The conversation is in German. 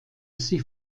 sie